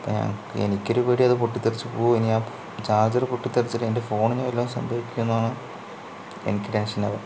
അപ്പോൾ നമുക്ക് എനിക്കൊരു പേടി അത് പൊട്ടിത്തെറിച്ചു പോകുമോ ചാർജർ പൊട്ടിത്തെറിച്ചിട്ട് എൻ്റെ ഫോണിന് വല്ലതും സംഭവിക്കുമോ എന്നാണ് എനിക്ക് ടെൻഷനാവുക